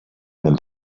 then